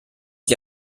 sie